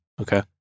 Okay